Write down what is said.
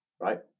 right